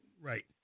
Right